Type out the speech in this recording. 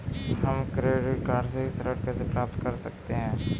हम credit card से ऋण कैसे प्राप्त कर सकते हैं?